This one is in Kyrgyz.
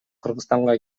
кыргызстанга